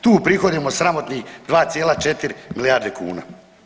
Tu uprihodimo sramotnih 2,4 milijarde kuna.